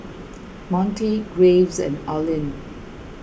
Montie Graves and Orlin